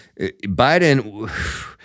Biden